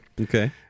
Okay